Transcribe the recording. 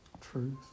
truth